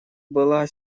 была